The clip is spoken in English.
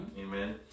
Amen